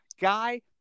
guy